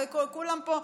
וכולם פה,